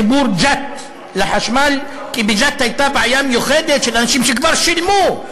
לחיבור ג'ת לחשמל" כי בג'ת הייתה בעיה מיוחדת של אנשים שכבר שילמו,